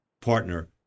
partner